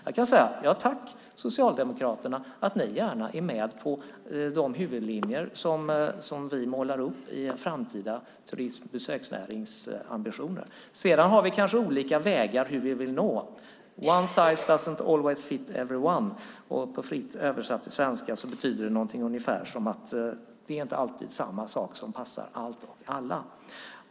Jag kan säga: Tack, Socialdemokraterna, för att ni gärna är med på de huvudlinjer som vi målar upp för en framtida turist och besöksnärings ambitioner. Sedan har vi kanske olika vägar för hur vi vill nå dit. One size doesn't always fit everyone. Fritt översatt till svenska betyder det ungefär att samma sak inte alltid passar allt och alla.